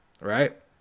right